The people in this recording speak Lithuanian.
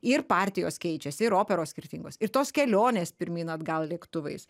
ir partijos keičias ir operos skirtingos ir tos kelionės pirmyn atgal lėktuvais